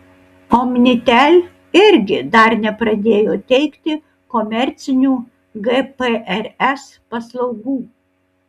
omnitel irgi dar nepradėjo teikti komercinių gprs paslaugų